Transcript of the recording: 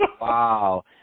wow